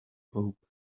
pope